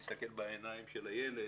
להסתכל בעיניים של הילד,